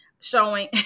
showing